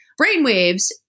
brainwaves